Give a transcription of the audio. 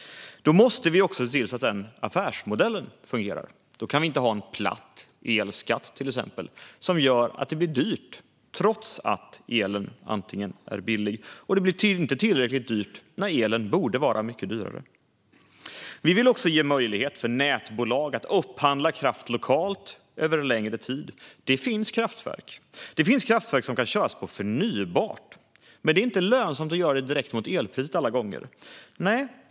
Då måste vi också se till att den affärsmodellen fungerar. Då kan vi inte ha en platt elskatt som gör att det blir dyrt även när elen är billig och att det inte blir tillräckligt dyrt när elen borde vara mycket dyrare. Vi vill också ge möjlighet för nätbolag att upphandla kraft lokalt över en längre tid. Det finns kraftverk som kan köras på förnybart, men det är inte lönsamt att göra det direkt mot elpriset alla gånger.